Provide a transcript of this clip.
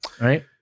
right